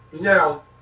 Now